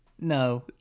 No